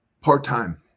Part-time